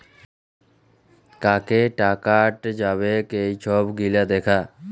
কাকে টাকাট যাবেক এই ছব গিলা দ্যাখা